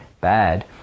bad